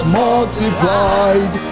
multiplied